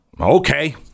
Okay